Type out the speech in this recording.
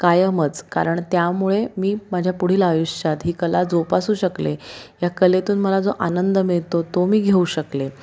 कायमच कारण त्यामुळे मी माझ्या पुढील आयुष्यात ही कला जोपासू शकले ह्या कलेतून मला जो आनंद मिळतो तो मी घेऊ शकले